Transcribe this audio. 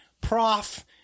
Prof